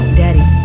daddy